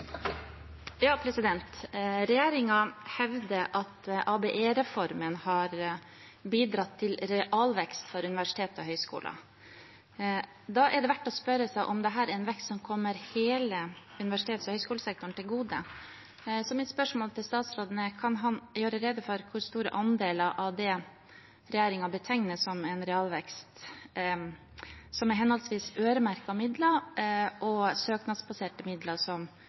verdt å spørre seg om dette er en vekst som kommer hele universitets- og høgskolesektoren til gode. Kan statsråden gjøre rede for hvor store andeler av det regjeringen betegner som en realvekst i 2021, som er henholdsvis øremerkede midler og søknadsbaserte midler som